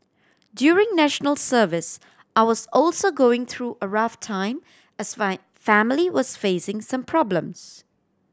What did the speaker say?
during National Service I was also going through a rough time as my family was facing some problems